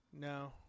No